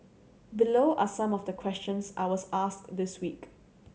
below are some of the questions I was asked this week